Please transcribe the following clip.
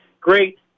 great